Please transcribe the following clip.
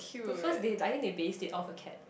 cause first they I think they based it off a cat